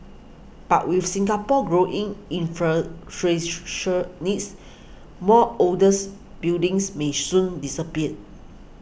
but with Singapore's growing infrastructural needs more olders buildings may soon disappear